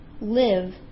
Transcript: live